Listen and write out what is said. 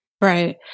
Right